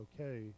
okay